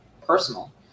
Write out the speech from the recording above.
personal